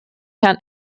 herrn